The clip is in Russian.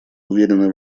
уверены